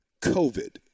COVID